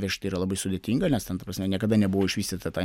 vežti yra labai sudėtinga nes ten ta prasme niekada nebuvo išvystyta ta